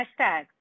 hashtag